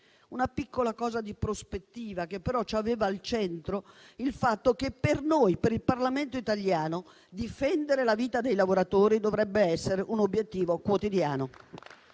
Una piccola cosa di prospettiva, che però aveva al centro il fatto che per noi, per il Parlamento italiano, difendere la vita dei lavoratori dovrebbe essere un obiettivo quotidiano.